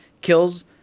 kills